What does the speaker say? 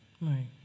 Right